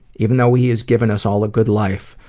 even though he has given us all a good life,